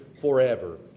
forever